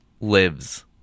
Lives